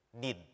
need